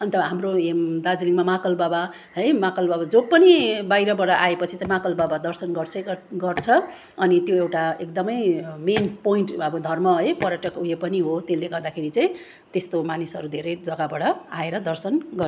अन्त हाम्रो दार्जिलिङमा महाकाल बाबा है महाकाल बाबा जो पनि बाहिरबाट आएपछि चाहिँ महाकाल बाबा दर्शन गर्छै गर् गर्छ अनि त्यो एउटा एकदमै मेन पोइन्ट अब धर्म है पर्यटक उयो पनि हो त्यसले गर्दाखेरि चाहिँ त्यस्तो मानिसहरू धेरै जग्गाबाट आएर दर्शन गर्